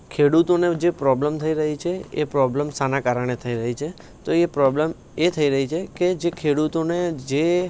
ખેડૂતોને જે પ્રોબ્લ્મ થઈ રહી છે એ પ્રોબ્લ્મ શેના કારણે થઈ રહી છે તો એ પ્રોબ્લ્મ એ થઈ રહી છે કે જે ખેડૂતોને જે